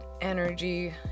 energy